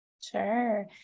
Sure